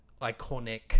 iconic